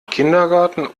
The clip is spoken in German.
kindergarten